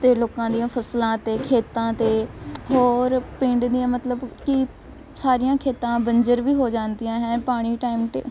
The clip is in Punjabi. ਅਤੇ ਲੋਕਾਂ ਦੀਆਂ ਫਸਲਾਂ ਅਤੇ ਖੇਤਾਂ ਅਤੇ ਹੋਰ ਪਿੰਡ ਦੀਆਂ ਮਤਲਬ ਕਿ ਸਾਰੀਆਂ ਖੇਤਾਂ ਬੰਜਰ ਵੀ ਹੋ ਜਾਂਦੀਆਂ ਹੈ ਪਾਣੀ ਟਾਈਮ 'ਤੇ